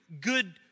good